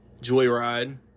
Joyride